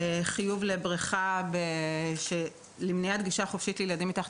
חיוב למניעת גישה חופשית לבריכה לילדים מתחת